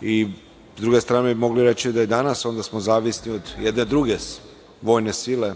i, sa druge strane, mogli bi reći da smo zavisni od jedne druge vojne sile